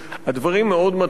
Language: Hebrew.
הדברים מאוד מטרידים,